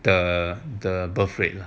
the the birth rate lah